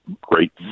great